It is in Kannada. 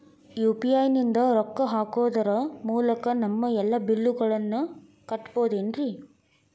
ಯು.ಪಿ.ಐ ನಿಂದ ರೊಕ್ಕ ಹಾಕೋದರ ಮೂಲಕ ನಮ್ಮ ಎಲ್ಲ ಬಿಲ್ಲುಗಳನ್ನ ಕಟ್ಟಬಹುದೇನ್ರಿ?